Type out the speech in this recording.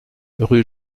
rue